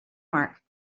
mark